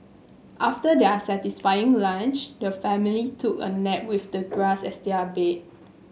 after their satisfying lunch the family took a nap with the grass as their bed